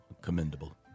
Commendable